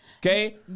Okay